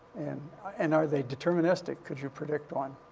and and are they deterministic? could you predict one?